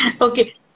Okay